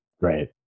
Right